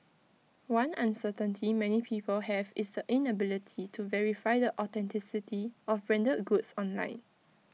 one uncertainty many people have is the inability to verify the authenticity of branded goods online